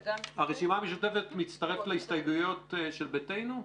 וגם --- הרשימה המשותפת מצטרפת להסתייגויות של ישראל ביתנו?